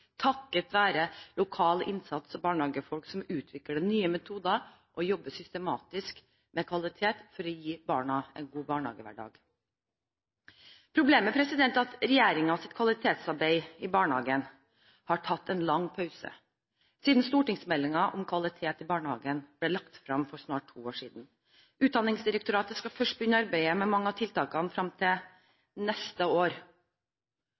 takket være lokal innsats og barnehagefolk som utvikler nye metoder, og jobber systematisk med kvalitet for å gi barna en god barnehagehverdag. Problemet er at regjeringens kvalitetsarbeid i barnehagene har tatt en lang pause siden stortingsmeldingen Kvalitet i barnehagen ble lagt frem for snart to år siden. Utdanningsdirektoratet skal først begynne arbeidet med mange av tiltakene neste år,